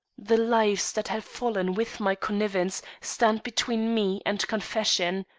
the lives that have fallen with my connivance stand between me and confession.